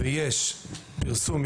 ויש פרסום,